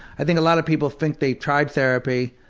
i think a lot of people think they've tried therapy.